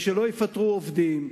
ושלא יפטרו עובדים,